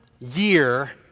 year